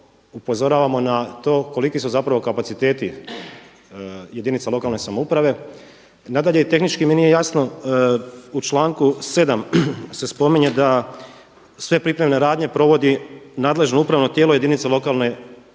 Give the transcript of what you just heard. upozoravamo na to koliki su zapravo kapaciteti jedinica lokalne samouprave. Nadalje, tehnički mi nije jasno u članku 7. se spominje da sve pripremne radnje provodi nadležno upravno tijelo jedinica lokalne i područne